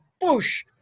push